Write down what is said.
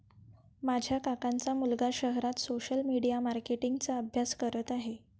माझ्या काकांचा मुलगा शहरात सोशल मीडिया मार्केटिंग चा अभ्यास करत आहे